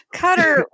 cutter